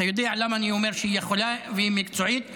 אתה יודע למה אני אומר שהיא יכולה, והיא מקצועית?